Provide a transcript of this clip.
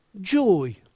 Joy